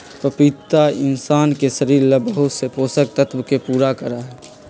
पपीता इंशान के शरीर ला बहुत से पोषक तत्व के पूरा करा हई